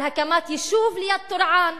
על הקמת יישוב ליד טורעאן,